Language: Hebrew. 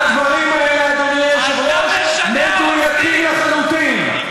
והדברים האלה, אדוני היושב-ראש, מדויקים לחלוטין.